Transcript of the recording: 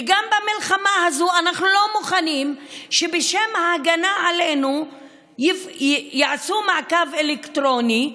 וגם במלחמה הזאת אנחנו לא מוכנים שבשם ההגנה עלינו יעשו מעקב אלקטרוני,